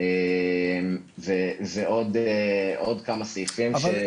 ועוד כמה סעיפים.